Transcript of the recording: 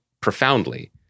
profoundly